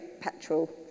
petrol